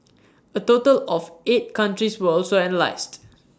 A total of eight countries were also analysed